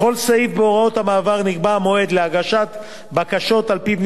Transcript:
בכל סעיף בהוראות המעבר נקבע המועד להגשת בקשות על-פיו.